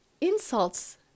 insults